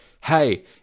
hey